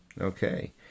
Okay